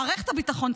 מערכת הביטחון,